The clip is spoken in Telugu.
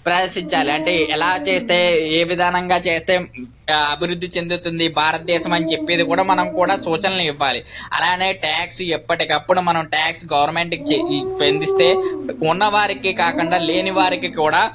ప్రవేశించాలి అంటే ఎలా చేస్తే ఏ విధంగా చేస్తే అభివృద్ధి చెందుతుంది భారతదేశం అని చెప్పి కూడా మనం కూడా సూచనలు ఇవ్వాలి అలాగే ట్యాక్స్ ఎప్పటికప్పుడు మనం ట్యాక్స్ గవర్నమెంట్కి అందిస్తే ఉన్నవారికి కాకుండా లేని వారికి కూడా